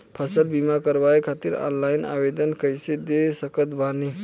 फसल बीमा करवाए खातिर ऑनलाइन आवेदन कइसे दे सकत बानी?